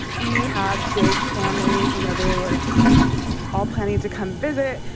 we have big families. you know, they were all planning to come visit.